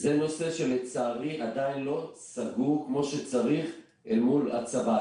זה נושא שלצערי עדיין לא סגור כמו שצריך אל מול הצבא.